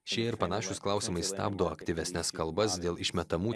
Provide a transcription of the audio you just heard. šie ir panašūs klausimai stabdo aktyvesnes kalbas dėl išmetamų